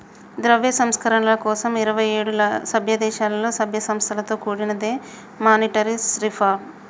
ద్రవ్య సంస్కరణల కోసం ఇరవై ఏడు సభ్యదేశాలలో, సభ్య సంస్థలతో కూడినదే మానిటరీ రిఫార్మ్